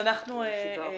שעה וחצי, שעתיים, בסדר גמור.